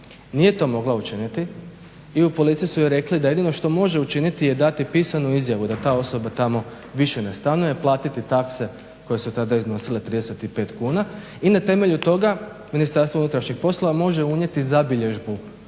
Nije to mogla učiniti i u Policiji su joj rekli da jedino što može učiniti je dati pisanu izjavu da ta osoba tamo više ne stanuje, platiti takse koje su tada iznosile 35 kuna i na temelju toga MUP može unijeti zabilježbu